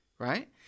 Right